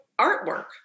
artwork